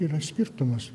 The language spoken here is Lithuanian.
yra skirtumas